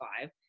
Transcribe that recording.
five